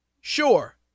Sure